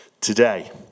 today